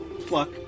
pluck